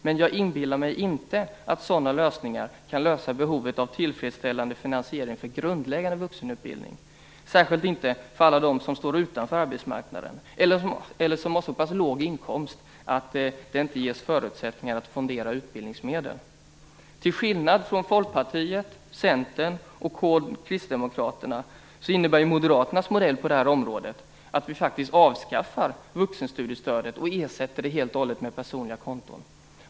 Men jag inbillar mig inte att sådana lösningar kan klara behovet av tillfredsställande finansiering för grundläggande vuxenutbildning, särskilt inte för alla som står utanför arbetsmarknaden eller har så låg inkomst att det inte ges förutsättningar att fondera utbildningsmedel. Till skillnad från Folkpartiet, Centern och Kristdemokraterna innebär Moderaternas modell på det här området att vi faktiskt avskaffar vuxenstudiestödet och ersätter det helt och hållet med personliga konton.